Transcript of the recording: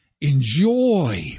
enjoy